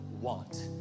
want